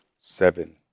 seven